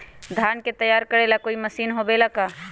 धान के तैयार करेला कोई मशीन होबेला का?